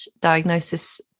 diagnosis